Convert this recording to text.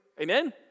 Amen